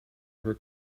her